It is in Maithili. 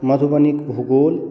मधुबनीक भूगोल